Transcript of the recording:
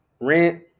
Rent